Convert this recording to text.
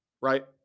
right